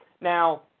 Now